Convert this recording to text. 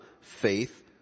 Faith